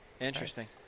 Interesting